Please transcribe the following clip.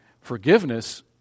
Forgiveness